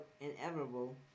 inevitable